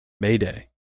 Mayday